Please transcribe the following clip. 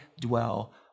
dwell